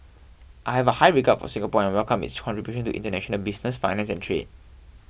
I have a high regard for Singapore and welcome its contribution to international business finance and trade